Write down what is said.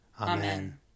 Amen